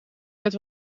met